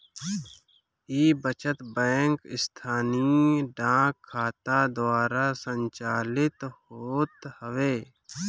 इ बचत बैंक स्थानीय डाक खाना द्वारा संचालित होत हवे